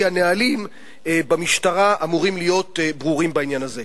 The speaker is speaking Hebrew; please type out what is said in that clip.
כי הנהלים במשטרה אמורים להיות ברורים בעניין הזה.